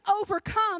overcome